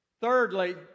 Thirdly